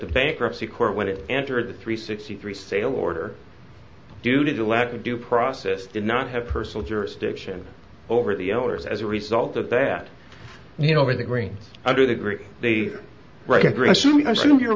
the bankruptcy court when it entered the three sixty three sale order due to the lack of due process did not have personal jurisdiction over the owners as a result of that you know over the green under the green they wri